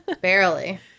Barely